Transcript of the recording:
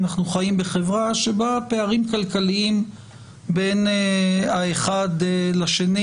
אנחנו חיים בחברה שבה פערים כלכליים בין האחד לשני,